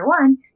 one